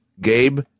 Gabe